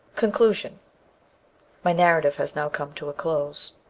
conclusion my narrative has now come to a close.